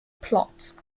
plots